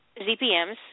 ZPMs